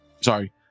Sorry